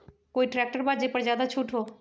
कोइ ट्रैक्टर बा जे पर ज्यादा छूट हो?